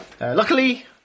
Luckily